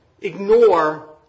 ignore